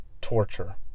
torture